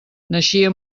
naixia